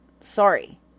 sorry